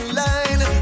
line